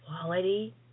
quality